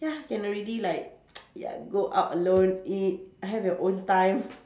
ya can already like ya go out alone eat have your own time